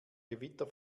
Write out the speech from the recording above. gewitter